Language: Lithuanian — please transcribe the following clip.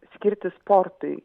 skirti sportui